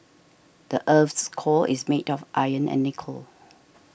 the earth's core is made of iron and nickel